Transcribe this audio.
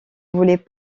voulaient